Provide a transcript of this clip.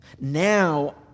Now